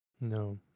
no